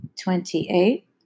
twenty-eight